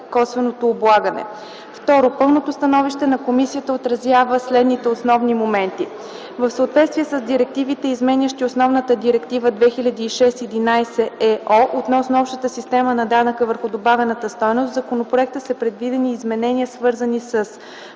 косвеното облагане. II. Пълното становище на комисията отразява следните основни моменти: В съответствие с директивите, изменящи основната Директива 2006/112/ЕО относно общата система на данъка върху добавената стойност в законопроекта са предвидени изменения свързани с: